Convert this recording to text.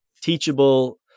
teachable